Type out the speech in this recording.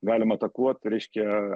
galima atakuot reiškia